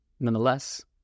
Nonetheless